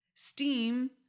Steam